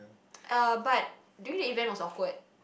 uh but during the event was awkward